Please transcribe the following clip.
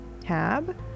tab